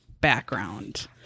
background